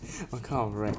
what kind of right